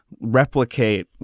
replicate